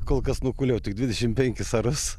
kol kas nukūliau tik dvidešim penkis arus